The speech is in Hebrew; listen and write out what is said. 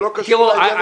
הן לא קשורות לעניין הזה.